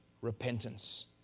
repentance